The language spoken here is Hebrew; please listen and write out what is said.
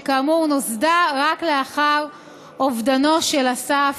שכאמור נוסדה רק לאחר אובדנו של אסף.